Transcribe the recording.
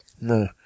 No